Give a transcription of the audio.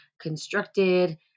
constructed